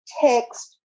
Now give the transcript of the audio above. text